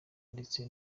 ndetse